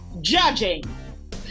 judging